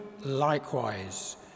likewise